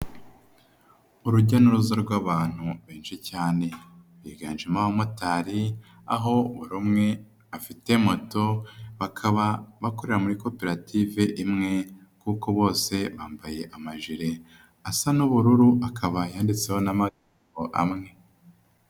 Urujya n'uruza rw'abantu benshi cyane biganjemo abamotari aho burimwe afite moto bakaba bakorera muri koperative imwe kuko bose bambaye amaje asa n'ubururu akaba yanditseho n'amagambo amwe.